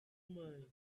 mine